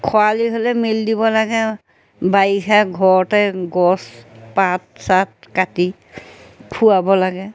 খৰালি হ'লে মেলি দিব লাগে বাৰিষা ঘৰতে গছ পাত চাত কাটি খুৱাব লাগে